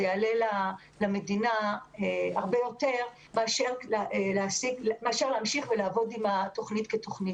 זה יעלה למדינה הרבה יותר מאשר להמשיך ולעבוד עם התוכנית כתוכנית,